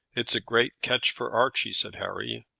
it's a great catch for archie, said harry.